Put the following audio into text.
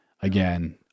again